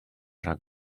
rhag